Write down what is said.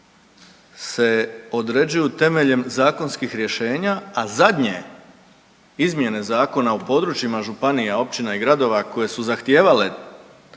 se određuju temeljem zakonskih rješenja, a zadnje izmjene zakona o područjima županija, općina i gradova koji su zahtijevale